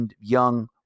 young